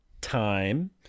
Time